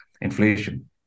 inflation